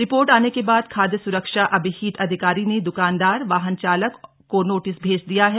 report आने के बाद खाद्य स्रक्षा अभिहीत अधिकारी ने द्कानदार वाहन चालक और नोटिस भैज दिया है